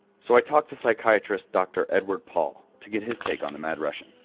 so i talked to psychiatrist dr. edward paul to get his take on the mad russian.